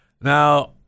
now